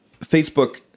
Facebook